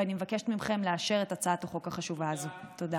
ואני מבקשת מכם לאשר את הצעת החוק החשובה הזאת תודה.